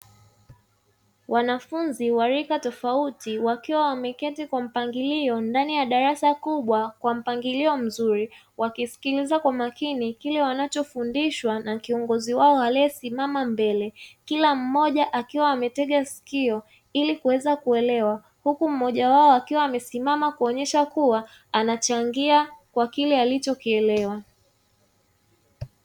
Wanafunzi wa rika tofauti wakiwa wameketi kwa mpangilio ndani ya darasa kubwa kwa mpangilio mzuri wakisikiliza kwa makini kile wanachofundishwa na kiongozi wao aliyesimama mbele kila mmoja akiwa ametega sikio ili kuweza kuelewa huku mmoja wao akiwa amesimama kuonyesha kuwa anachangia kwa kile alichokielewa.